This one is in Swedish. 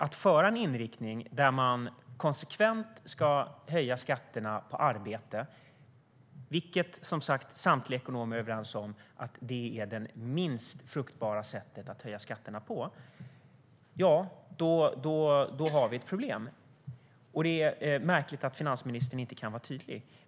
Att ha en inriktning där man konsekvent ska höja skatterna på arbete, vilket samtliga ekonomer är överens om är det minst fruktbara sättet att höja skatterna på, ja, då har vi ett problem. Det är märkligt att finansministern inte kan vara tydlig.